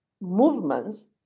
movements